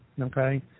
Okay